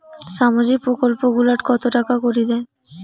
সামাজিক প্রকল্প গুলাট কত টাকা করি দেয়?